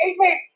Amen